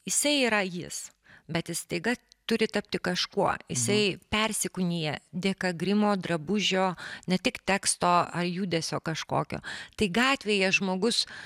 jisai yra jis bet jis staiga turi tapti kažkuo jisai persikūnija dėka grimo drabužio ne tik teksto ar judesio kažkokio tai gatvėje žmogus